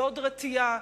ועוד רתיעה,